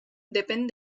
depèn